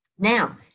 Now